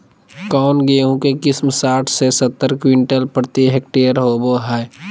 कौन गेंहू के किस्म साठ से सत्तर क्विंटल प्रति हेक्टेयर होबो हाय?